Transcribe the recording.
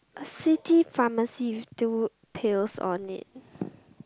city pharmacy with two pills on it